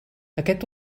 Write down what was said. aquest